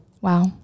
Wow